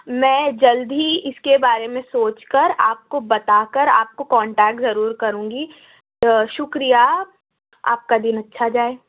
میں جلد ہی اس کے بارے میں سوچ کر آپ کو بتا کر آپ کو کنٹیکٹ ضرور کروں گی شکریہ آپ کا دن اچھا جائے